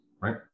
right